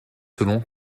selon